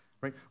right